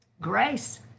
Grace